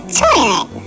toilet